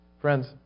Friends